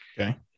Okay